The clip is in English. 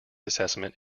assessment